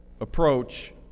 approach